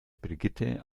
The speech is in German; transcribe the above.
brigitte